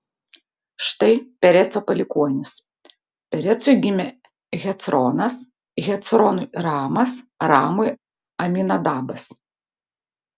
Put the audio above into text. štai pereco palikuonys perecui gimė hecronas hecronui ramas ramui aminadabas